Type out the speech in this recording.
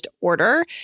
order